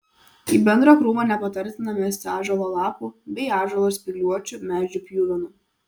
į bendrą krūvą nepatartina mesti ąžuolo lapų bei ąžuolo ir spygliuočių medžių pjuvenų